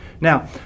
Now